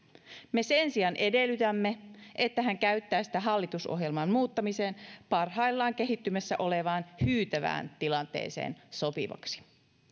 me sen sijaan edellytämme että hän käyttää sitä hallitusohjelman muuttamiseen parhaillaan kehittymässä olevaan hyytävään tilanteeseen sopivaksi